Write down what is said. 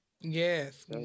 Yes